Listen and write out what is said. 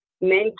men